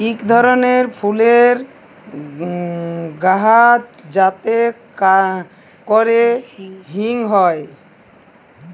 ইক ধরলের ফুলের গাহাচ যাতে ক্যরে হিং হ্যয়